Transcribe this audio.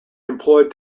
employed